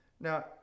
Now